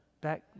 back